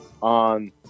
on